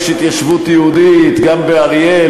יש התיישבות יהודית גם באריאל,